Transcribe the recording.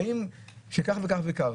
האם כך וכך ביקרתם?